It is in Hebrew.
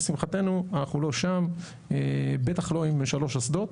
לשמחתנו אנחנו לא שם, בטח לא עם שלוש אסדות,